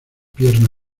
pierna